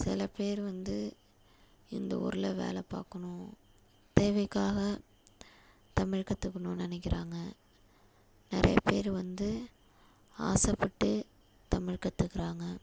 சில பேர் வந்து இந்த ஊரில் வேலை பார்க்கணும் தேவைக்காக தமிழ் கற்றுக்குணுனு நினைக்கிறாங்க நிறையா பேர் வந்து ஆசைப்பட்டு தமிழ் கற்றுக்குறாங்க